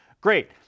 Great